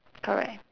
correct